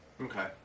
Okay